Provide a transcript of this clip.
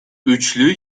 üçlü